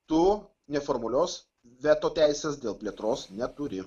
tu neformalios veto teisės dėl plėtros neturi